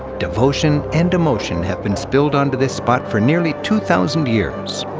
devotion and emotion have been spilled onto this spot for nearly two thousand years,